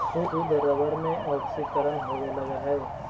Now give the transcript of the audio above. शुद्ध रबर में ऑक्सीकरण होवे लगऽ हई